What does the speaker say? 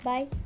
Bye